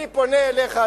אני פונה אליך,